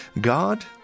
God